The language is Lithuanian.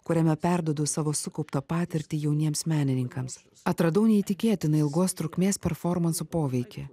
kuriame perduodu savo sukauptą patirtį jauniems menininkams atradau neįtikėtinai ilgos trukmės performansų poveikį